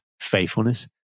faithfulness